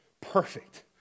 perfect